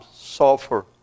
suffer